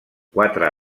quatre